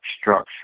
structure